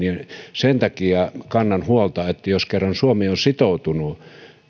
sen takia kannan huolta että jos kerran suomi on sitoutunut